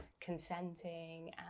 consenting